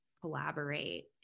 collaborate